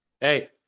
Hey